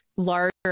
larger